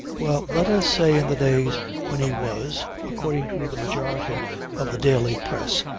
well, let us say in the days when he was, according to the majority of the daily press,